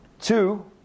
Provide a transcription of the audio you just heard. Two